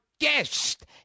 guest